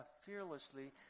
fearlessly